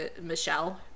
michelle